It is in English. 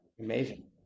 amazing